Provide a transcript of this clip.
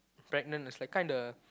pregnant it's like kinda